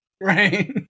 Right